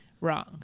wrong